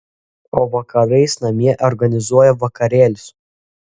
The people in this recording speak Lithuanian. o vakarais namie organizuoja vakarėlius